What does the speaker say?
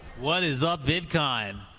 what is up, vidcon?